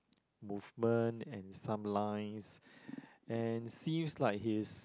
movement and some lines and seems like his